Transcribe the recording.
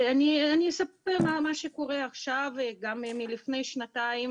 אני אספר על מה שקורה עכשיו וגם לפני שנתיים.